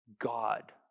God